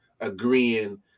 agreeing